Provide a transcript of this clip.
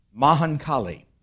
Mahankali